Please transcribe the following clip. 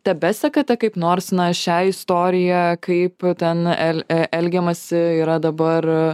tebesekate kaip nors na šią istoriją kaip ten el e elgiamasi yra dabar